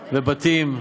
ובתים.